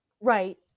Right